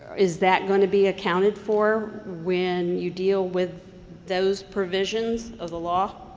is that going to be accounted for when you deal with those provisions of the law?